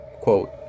quote